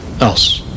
else